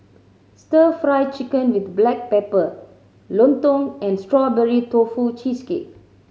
Stir Fry Chicken with black pepper lontong and Strawberry Tofu Cheesecake